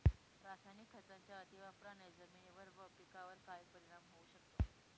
रासायनिक खतांच्या अतिवापराने जमिनीवर व पिकावर काय परिणाम होऊ शकतो?